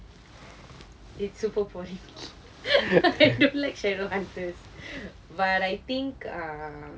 it's super boring I don't like shadow hunters but I think um